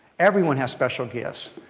everyone has special gifts.